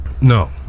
No